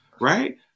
Right